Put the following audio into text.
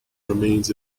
remains